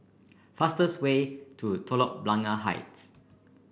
fastest way to Telok Blangah Heights